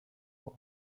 war